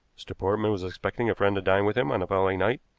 mr. portman was expecting a friend to dine with him on the following night,